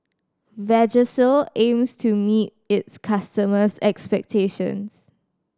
Vagisil aims to meet its customers' expectations